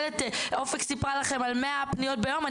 אופק סיפרה לכם על 100 פניות ביום.